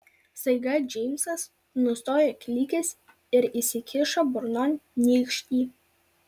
staiga džeimsas nustojo klykęs ir įsikišo burnon nykštį